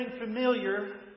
familiar